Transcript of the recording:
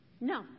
no